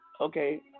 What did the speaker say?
Okay